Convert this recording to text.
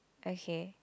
okay